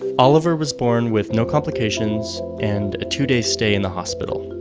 oliver was born with no complications and a two day stay in the hospital.